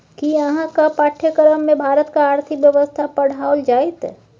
कि अहाँक पाठ्यक्रममे भारतक आर्थिक व्यवस्था पढ़ाओल जाएत?